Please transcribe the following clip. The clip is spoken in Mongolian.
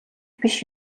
биш